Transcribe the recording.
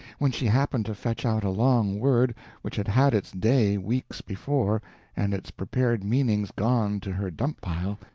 when she happened to fetch out a long word which had had its day weeks before and its prepared meanings gone to her dump-pile,